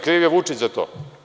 Kriv je Vučić za to.